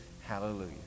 Hallelujah